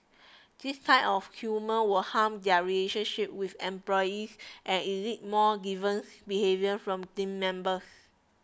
this kind of humour will harm their relationship with employees and elicit more deviant behaviour from team members